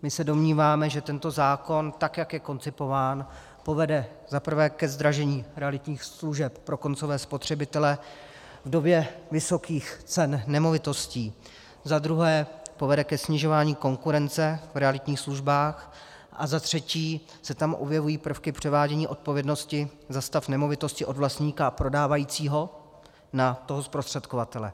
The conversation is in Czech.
My se domníváme, že tento zákon, tak jak je koncipován, povede za prvé ke zdražení realitních služeb pro koncové spotřebitele v době vysokých cen nemovitostí, za druhé povede ke snižování konkurence v realitních službách a za třetí se tam objevují prvky převádění odpovědnosti za stav nemovitosti od vlastníka a prodávajícího na toho zprostředkovatele.